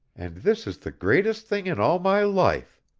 and this is the greatest thing in all my life.